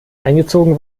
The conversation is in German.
eingezogen